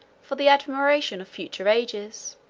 for the admiration of future ages.